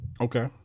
Okay